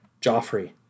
Joffrey